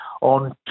on